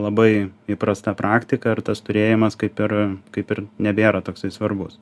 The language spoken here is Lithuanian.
labai įprasta praktika ir tas turėjimas kaip ir kaip ir nebėra toksai svarbus